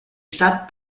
stadt